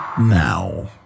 now